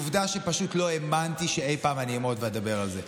זו עובדה שפשוט לא האמנתי שאי פעם אני אעמוד ואדבר על זה.